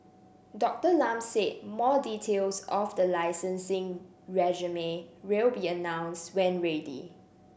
Doctor Lam said more details of the licensing regime will be announced when ready